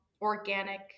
organic